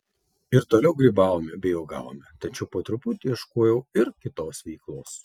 ir toliau grybavome bei uogavome tačiau po truputį ieškojau ir kitos veiklos